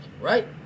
right